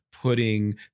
putting